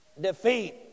defeat